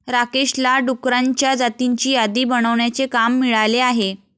राकेशला डुकरांच्या जातींची यादी बनवण्याचे काम मिळाले आहे